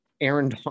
Aaron